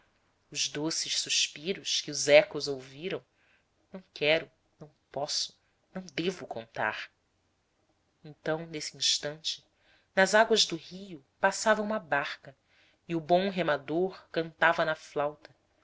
os doces suspiros que os ecos ouviram não quero não posso não devo contar então nesse instante nas águas do rio passava uma barca e o bom remador cantava na flauta